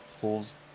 pulls